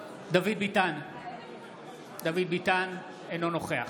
(קורא בשמות חברי הכנסת) דוד ביטן, אינו נוכח